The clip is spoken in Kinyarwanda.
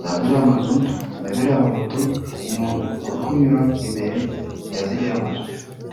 zagariya mazu na gariya mamoto, umuntu uri kunyura imbere ya ziriya mazu.